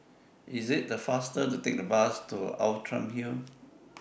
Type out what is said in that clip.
IS IT faster to Take The Bus to Outram Hill